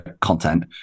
content